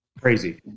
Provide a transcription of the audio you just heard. Crazy